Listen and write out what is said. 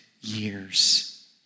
years